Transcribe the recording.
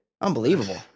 Unbelievable